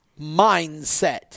mindset